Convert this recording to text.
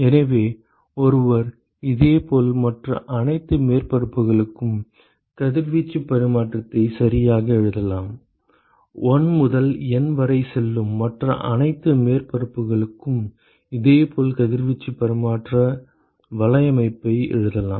எனவே ஒருவர் இதேபோல் மற்ற அனைத்து மேற்பரப்புகளுக்கும் கதிர்வீச்சு பரிமாற்றத்தை சரியாக எழுதலாம் 1 முதல் N வரை செல்லும் மற்ற அனைத்து மேற்பரப்புகளுக்கும் இதேபோல் கதிர்வீச்சு பரிமாற்ற வலையமைப்பை எழுதலாம்